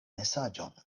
mesaĝon